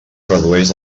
redueix